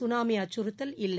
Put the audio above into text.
சுனாமிஅச்சுறுத்தல் இல்லை